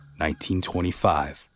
1925